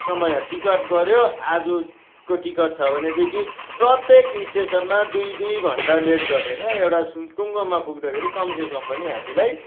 समय टिकट गर्यो आज टिकट छ भनेदेखि प्रत्येक स्टेसनमा दुई दुई घन्टा लेट गरेर एउटा टुङ्गोमा पुग्दाखेरि कमसे कम पनि हामीलाई